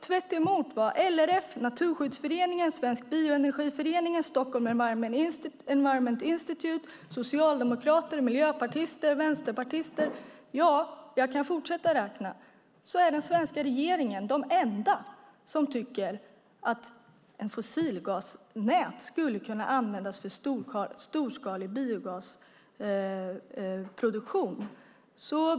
Tvärtemot LRF, Naturskyddsföreningen, Svenska Bioenergiföreningen, Stockholm Environment Institute, socialdemokrater, miljöpartister, vänsterpartister - jag skulle kunna fortsätta uppräkningen - tycker den svenska regeringen att ett fossilgasnät skulle kunna användas för storskalig biogasproduktion.